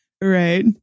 Right